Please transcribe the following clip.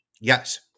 yes